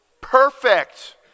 perfect